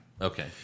Okay